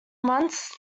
months